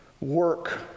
work